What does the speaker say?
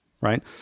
right